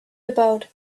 about